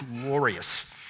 glorious